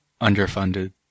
underfunded